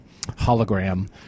hologram